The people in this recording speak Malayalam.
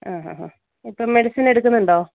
ആ ഹാ ഹാ ഇപ്പം മെഡിസിനെടുക്കുന്നുണ്ടോ